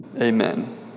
Amen